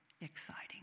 exciting